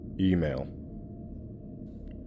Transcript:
Email